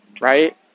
right